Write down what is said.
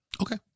okay